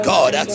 God